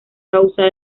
causa